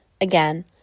Again